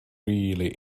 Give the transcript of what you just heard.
really